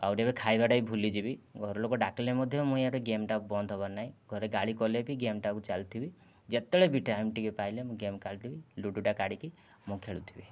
ଆଉ ଗୋଟିଏ ଖାଇବାଟା ବି ଭୁଲିଯିବି ଘରଲୋକ ଡାକିଲେ ମଧ୍ୟ ମୁଁ ଏଆଡ଼େ ଗେମ୍ ଟା ବନ୍ଦ ହେବ ନାହିଁ ଘରେ ଗାଳି କଲେ ବି ଗେମ୍ ଟାକୁ ଚାଲିଥିବି ଯେତେବେଳେ ବି ଟାଇମ୍ ଟିକେ ପାଇଲେ ମୁଁ ଗେମ୍ କାଢ଼ିଦେବି ଲୁଡ଼ୋ ଟା କାଢ଼ିକି ମୁଁ ଖେଳୁଥିବି